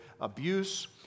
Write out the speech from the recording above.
abuse